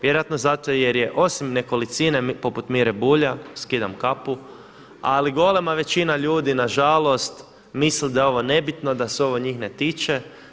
Vjerojatno jer je osim nekolicine poput Mire Bulja, skidam kapu, ali golema većina ljudi nažalost misli da je ovo nebitno da se ovo njih ne tiče.